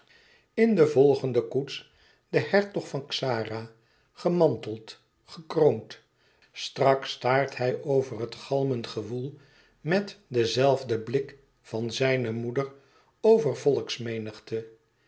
in de volgende koets de hertog van xara gemanteld gekroond strak staart hij over het galmend gewoel met den zelfden blik van zijne moeder